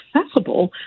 accessible